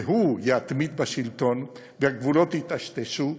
והוא יתמיד בשלטון, והגבולות ייטשטשו?